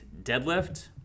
deadlift